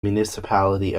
municipality